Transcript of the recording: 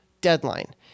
deadline